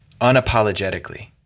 unapologetically